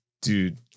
Dude